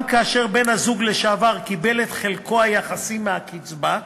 גם כאשר בן-הזוג לשעבר קיבל את חלקו היחסי מהקצבה,